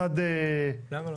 למה לא?